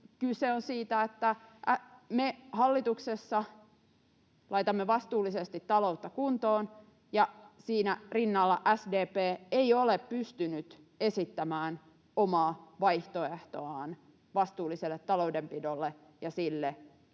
kyse on siitä, että me hallituksessa laitamme vastuullisesti taloutta kuntoon ja siinä rinnalla SDP ei ole pystynyt esittämään omaa vaihtoehtoaan vastuulliselle taloudenpidolle ja sille,